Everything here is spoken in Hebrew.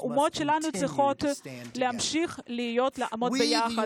האומות שלנו צריכות להמשיך לעמוד ביחד.